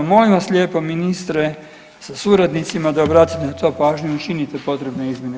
Molim vas lijepo ministre sa suradnicima da obratite na to pažnju i učinite potrebne izmjene.